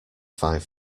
five